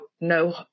no